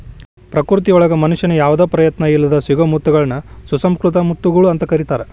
ಪ್ರಕೃತಿಯೊಳಗ ಮನುಷ್ಯನ ಯಾವದ ಪ್ರಯತ್ನ ಇಲ್ಲದ್ ಸಿಗೋ ಮುತ್ತಗಳನ್ನ ಸುಸಂಕೃತ ಮುತ್ತುಗಳು ಅಂತ ಕರೇತಾರ